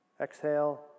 Exhale